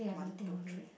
one two three